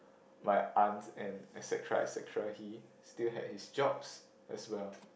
my aunt and et-cetera et-cetera he still had his jobs as well